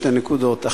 שתי נקודות.